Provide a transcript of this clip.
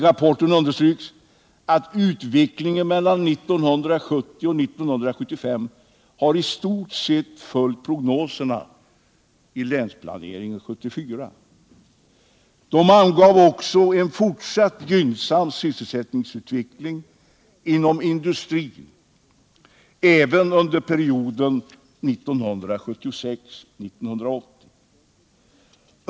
I rapporten understryks att utvecklingen mellan 1970 och 1975 i stort sett har följt prognoserna i Länsplanering 1974. De angav också en fortsatt gynnsam sysselsättningsutveckling inom industrin för perioden 1976-1980.